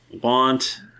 want